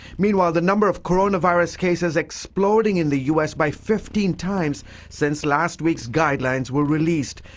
meanwhile, the number of coronavirus cases exploding in the u s. by fifteen times since last week's guidelines were released.